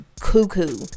cuckoo